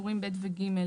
בטורים ב' ו-ג',